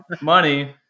money